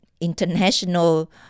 international